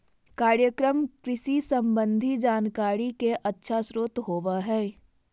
कार्यक्रम कृषि संबंधी जानकारी के अच्छा स्रोत होबय हइ